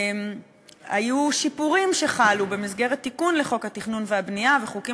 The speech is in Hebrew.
היו שיפורים שחלו במסגרת תיקון לחוק התכנון והבנייה וחוקים